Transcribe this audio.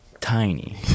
tiny